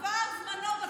עבר זמנו, בטל קורבנו.